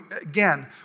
again